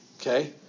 Okay